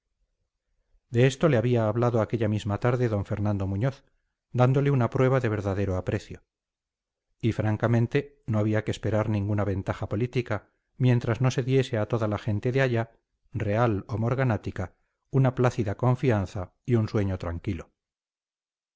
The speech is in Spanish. de esto le había hablado aquella misma tarde d fernando muñoz dándole una prueba de verdadero aprecio y francamente no había que esperar ninguna ventaja política mientras no se diese a toda la gente de allá real o morganática una plácida confianza y un sueño tranquilo